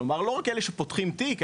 כלומר לא רק אלה שפותחים תיק,